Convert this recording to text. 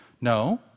no